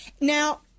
Now